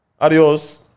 adios